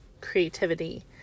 creativity